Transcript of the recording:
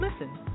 listen